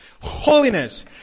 Holiness